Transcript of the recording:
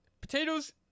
Potatoes